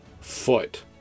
foot